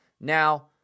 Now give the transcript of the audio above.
Now